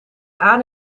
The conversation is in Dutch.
aan